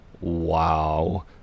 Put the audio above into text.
wow